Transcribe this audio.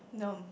no